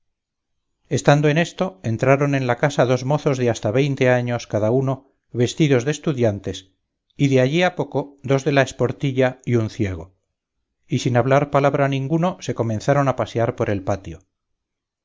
estando en esto entraron en la casa dos mozos de hasta veinte años cada uno vestidos de estudiantes y de allí a poco dos de la esportilla y un ciego y sin hablar palabra ninguno se comenzaron a pasear por el patio